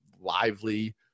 lively